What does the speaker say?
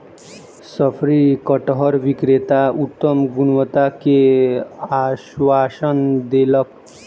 शफरी कटहर विक्रेता उत्तम गुणवत्ता के आश्वासन देलक